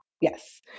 Yes